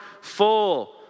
full